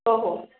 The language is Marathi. हो हो